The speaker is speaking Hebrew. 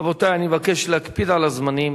רבותי, אני מבקש להקפיד על הזמנים.